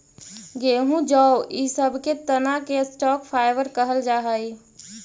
गेहूँ जौ इ सब के तना के स्टॉक फाइवर कहल जा हई